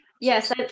Yes